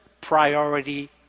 priority